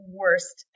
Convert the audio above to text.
worst